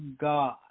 God